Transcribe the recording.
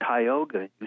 Tioga